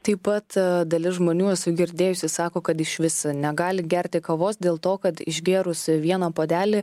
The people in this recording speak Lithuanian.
taip pat dalis žmonių esu girdėjusi sako kad išvis negali gerti kavos dėl to kad išgėrus vieną puodelį